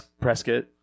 Prescott